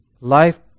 Life